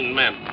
men